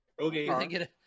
Okay